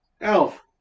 Elf